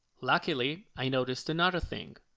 luckily, i noticed another thing.